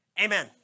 Amen